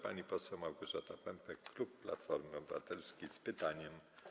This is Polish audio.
Pani poseł Małgorzata Pępek, klub Platformy Obywatelskiej, z pytaniem.